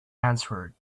answered